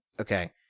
Okay